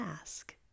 ask